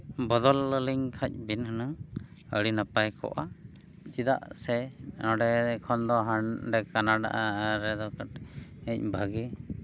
ᱵᱚᱫᱚᱞ ᱟᱹᱞᱤᱧ ᱠᱷᱟᱱ ᱵᱤᱱ ᱦᱩᱱᱟᱹᱝ ᱟᱹᱰᱤ ᱱᱟᱯᱟᱭ ᱠᱚᱜᱼᱟ ᱪᱮᱫᱟᱜ ᱥᱮ ᱱᱚᱰᱮ ᱠᱷᱚᱱ ᱫᱚ ᱦᱟᱸᱰᱮ ᱠᱟᱱᱟᱰᱟ ᱨᱮᱫᱚ ᱠᱟᱹᱴᱤᱡ ᱵᱷᱟᱹᱜᱤ